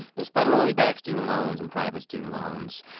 there's federally backed student loans and private student loans.